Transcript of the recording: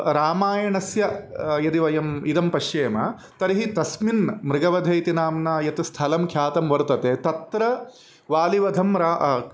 रामायणस्य यदि वयम् इदं पश्येम तर्हि तस्मिन् मृगवधे इति नाम्ना यत् स्थलं ख्यातं वर्तते तत्र वालिवधां रा